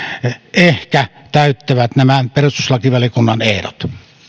ehkä täyttävät nämä perustuslakivaliokunnan ehdot